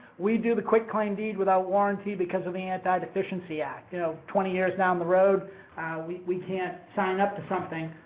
we do the quitclaim deed without warranty because of the anti-deficiency act. you know, twenty years down the road we we can't sign up to something.